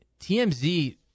TMZ